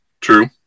True